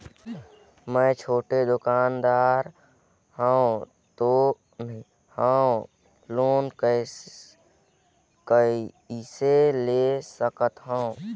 मे छोटे दुकानदार हवं लोन कइसे ले सकथव?